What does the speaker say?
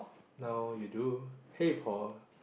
now you do hey Paul